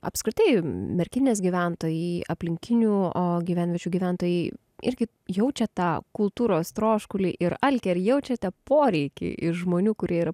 apskritai merkinės gyventojai aplinkinių o gyvenviečių gyventojai irgi jaučia tą kultūros troškulį ir alkį ar jaučiate poreikį iš žmonių kurie yra